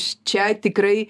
čia tikrai